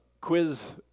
quiz